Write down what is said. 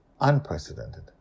unprecedented